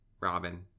robin